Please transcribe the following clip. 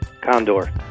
Condor